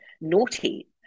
naughty